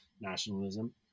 nationalism